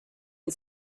and